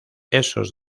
esos